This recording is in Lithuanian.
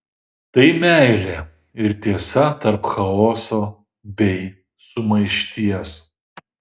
tai meilė ir tiesa tarp chaoso bei sumaišties